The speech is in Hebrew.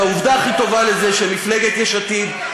וההוכחה הכי טובה לזה היא שמפלגת יש עתיד,